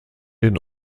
den